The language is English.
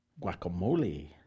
guacamole